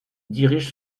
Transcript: dirige